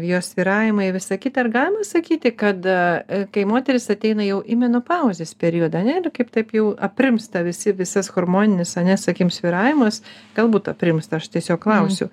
jos svyravimai visa kita ar galima sakyti kad kai moteris ateina jau į menopauzės periodą ane ir kaip taip jau aprimsta visi visas hormoninis ane sakykim svyravimas galbūt aprimsta aš tiesiog klausiu